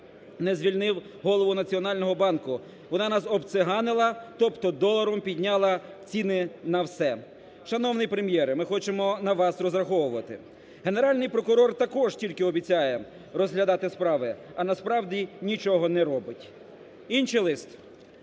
не звільнив голову Національного банку? Вона нас обциганила, тобто доларом підняла ціни на все. Шановний Прем'єре, ми хочемо на вас розраховувати. Генеральний прокурор також тільки обіцяє розглядати справи, а насправді нічого не робить. Інший лист: